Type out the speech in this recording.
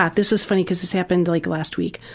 ah this is funny because this happened like last week.